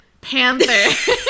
panther